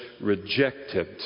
rejected